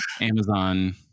Amazon